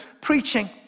preaching